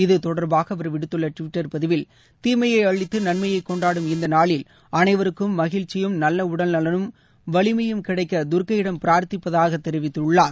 இது தொடர்பாக அவர் விடுத்தள்ள ட்விட்டர் பதிவில் தீமையை அழித்து நன்மையைக் கொண்டாடும் இந்த நாளில் அனைவருக்கும் மகிழ்ச்சியும் நல்ல உடல்நலனும் வலிமையும் கிடைக்க தர்கையிடம் பிரார்த்திப்பதாக அவர் தெரிவித்துள்ளார்